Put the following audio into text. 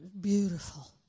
Beautiful